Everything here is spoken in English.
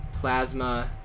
Plasma